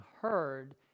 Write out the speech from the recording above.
heard